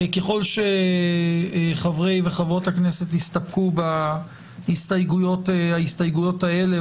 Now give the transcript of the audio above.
ככל שחברי וחברות הכנסת יסתפקו בהסתייגויות האלה,